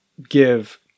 Give